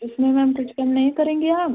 इसमें मैम कुछ कम नहीं करेंगी आप